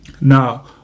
Now